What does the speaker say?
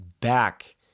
back